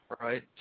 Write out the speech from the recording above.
right